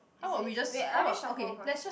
is it wait ah let me shuffle first